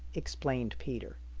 explained peter.